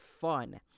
fun